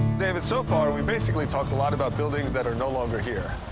david, so far we've basically talked a lot about buildings that are no longer here.